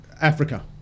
Africa